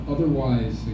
Otherwise